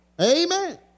Amen